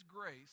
grace